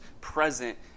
present